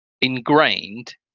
ingrained